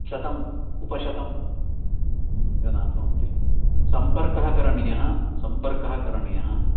शतम् उपशतं जना भवन्ति सम्पर्कः करणीयः सम्पर्कः करणीयः